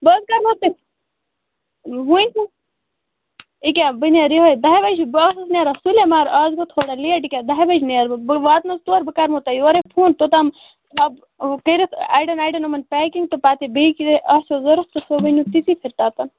بہٕ حظ کر ہو تۄہہِ وُنۍ أکہِ بہٕ نیرٕ یِہے دہہِ بجہِ ہیٚو بہٕ ٲسٕس نیران سُلی مگر آز گوٚو تھوڑا لیٹ یہِ کیاہ دہہِ بجہِ نیرٕ بہٕ بہٕ واتہٕ نہٕ حظ تور بہٕ کرہو تۄہہِ یورے فون توٚت تام تھاوٕ بہٕ کٔرِتھ اَڑٮ۪ن اڑٮ۪ن یِمن پیکِنگ تہٕ پتہٕ بیٚیہِ کیٚنٛہہ آسوٕ ضروٛت تہٕ سُہ ؤنِو تُہۍ تمے ساتہٕ